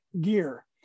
gear